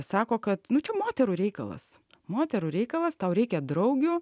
sako kad nu čia moterų reikalas moterų reikalas tau reikia draugių